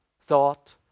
thought